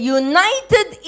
united